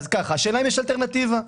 השאלה אם יש אלטרנטיבה.